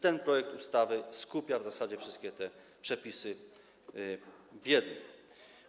Ten projekt ustawy skupia w zasadzie wszystkie te przepisy w jednym akcie.